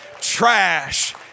trash